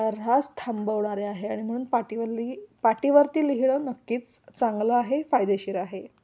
ऱ्हास थांबवणारे आहे आणि म्हणून पाटीवर लि पाटीवरती लिहिणं नक्कीच चांगलं आहे फायदेशीर आहे